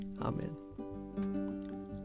Amen